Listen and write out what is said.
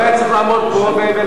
הוא היה צריך לעמוד פה ולעשות